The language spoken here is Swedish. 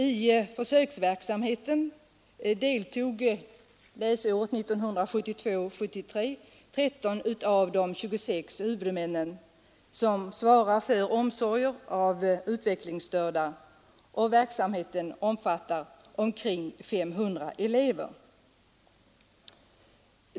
I försöksverksamheten deltog läsåret 1972/73 13 av de 26 huvudmän som svarar för omsorgen om utvecklingsstörda, och verksamheten omfattade omkring 500 elever.